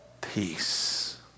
peace